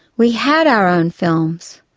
we had our own films,